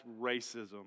racism